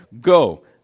go